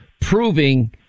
proving